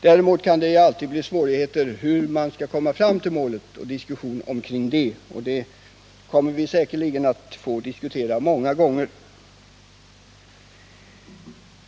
Däremot kan man alltid diskutera hur vi skall nå fram till det målet, och den saken kommer vi säkerligen att få diskutera många gånger.